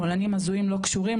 שמאלנים הזויים לא קשורים,